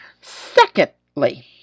Secondly